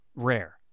Rare